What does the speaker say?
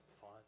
fun